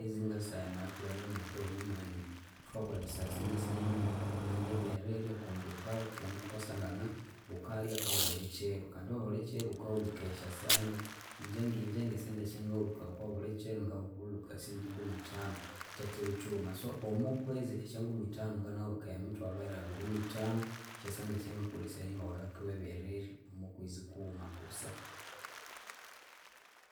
Kwezi ngasahenu ahathuli ngomwathawuni mwenu thukakolesaya esente sinene eriwulha ebyerirya kundi wukathu wukasangana wukalya abuli kyiro kandi abuli kyiro wukahulhukaya esyasente. Ingye ngingye nesente esyangahulhukaya okwabulikyiru ngahulhukaya siringyi ngumi ithanu kyekyiru kyiwuma so omwakwezi esyangumithanu ngana hulhukaya emithwalhu eyiringa abiri nithanu. Syesente syangakolesayaku ngawulha mwebyerirya omwakwezi kughuma kusa.